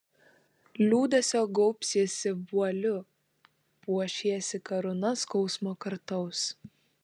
liūdesio gaubsiesi vualiu puošiesi karūna skausmo kartaus